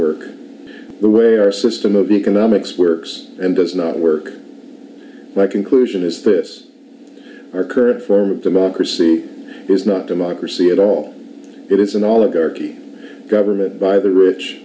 work the way our system of economics works and does not work my conclusion is this our current for democracy is not democracy at all it is in all of our key government by the rich